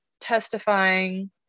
testifying